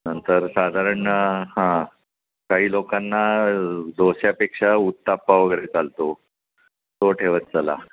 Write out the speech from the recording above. नंतर साधारण हां काही लोकांना डोशापेक्षा उत्तप्पा वगैरे चालतो तो ठेवत चला